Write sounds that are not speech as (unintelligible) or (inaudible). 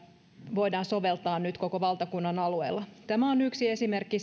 voidaan soveltaa nyt koko valtakunnan alueella tämä on yksi esimerkki (unintelligible)